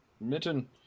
Mitten